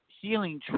healing